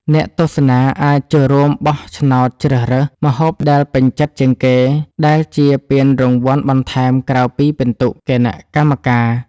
អ្នកទស្សនាអាចចូលរួមបោះឆ្នោតជ្រើសរើស ម្ហូបដែលពេញចិត្តជាងគេ ដែលជាពានរង្វាន់បន្ថែមក្រៅពីពិន្ទុគណៈកម្មការ។